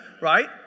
right